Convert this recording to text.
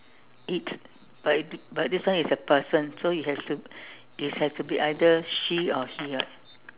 it but but this one is a person so it has to it has to be either she or he [what]